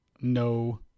No